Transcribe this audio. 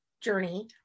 journey